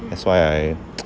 that's why I